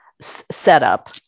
setup